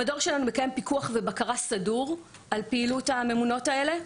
המדור שלנו מקיים פיקוח ובקרה סדור על פעילות הממונות האלה,